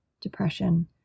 depression